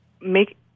make